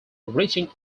reaching